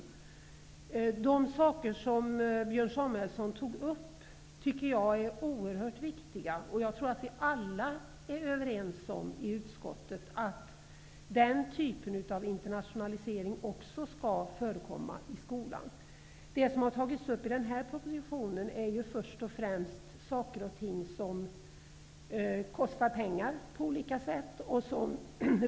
Jag tycker att de saker som Björn Samuelson tog upp är oerhört viktiga. Jag tror att alla i utskottet är överens om att den typen av internationalisering skall förekomma i skolan. I den här propositionen har först och främst saker och ting som kostar pengar tagits upp.